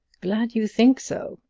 glad you think so,